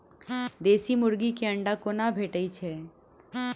देसी मुर्गी केँ अंडा कोना भेटय छै?